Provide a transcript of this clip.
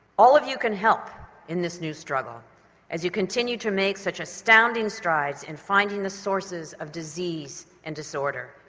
all of you can help in this new struggle as you continue to make such astounding strides in finding the sources of disease and disorder.